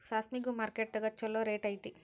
ಸಾಸ್ಮಿಗು ಮಾರ್ಕೆಟ್ ದಾಗ ಚುಲೋ ರೆಟ್ ಐತಿ